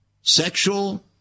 sexual